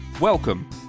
welcome